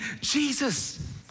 Jesus